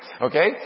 Okay